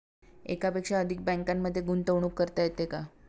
एकापेक्षा अधिक बँकांमध्ये गुंतवणूक करता येते का?